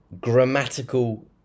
grammatical